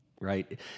right